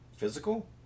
physical